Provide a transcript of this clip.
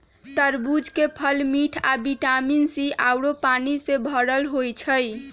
तरबूज के फल मिठ आ विटामिन सी आउरो पानी से भरल होई छई